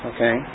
Okay